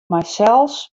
mysels